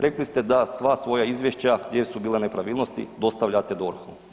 Rekli ste da sva svoja izvješća gdje su bile nepravilnosti dostavljate DORH-u.